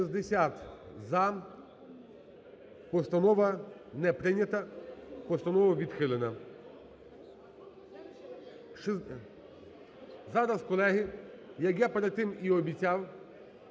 За-60 Постанова не прийнята, постанова відхилена. Зараз, колеги, як я перед тим і обіцяв,